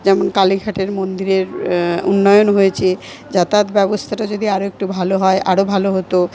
যেমন কালীঘাটের মন্দিরের উন্নয়ন হয়েছে যাতায়াত ব্যবস্থাটা যদি আরো একটু ভালো হয় আরো ভালো হতো